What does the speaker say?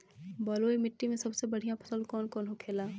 बलुई मिट्टी में सबसे बढ़ियां फसल कौन कौन होखेला?